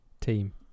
team